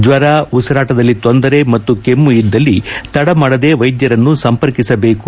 ಜ್ವರ ಉಸಿರಾಟದಲ್ಲಿ ತೊಂದರೆ ಮತ್ತು ಕೆಮ್ಮು ಇದ್ದಲ್ಲಿ ತಡಮಾಡದೇ ವೈದ್ಯರನ್ನು ಸಂಪರ್ಕಿಸಬೇಕು